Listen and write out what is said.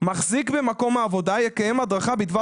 "מחזיק במקום העבודה יקיים הדרכה בדבר